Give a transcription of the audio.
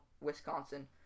Wisconsin